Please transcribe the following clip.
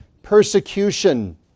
Persecution